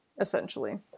essentially